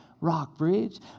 Rockbridge